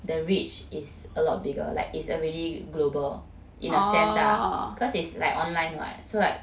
the reach is a lot bigger like it's already global in a sense lah cause it's like online [what] so like